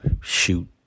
shoot